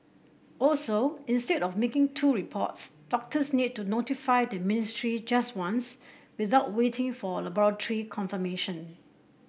also instead of making two reports doctors need to notify the ministry just once without waiting for laboratory confirmation